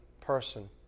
person